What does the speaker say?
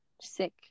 sick